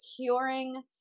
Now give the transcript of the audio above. curing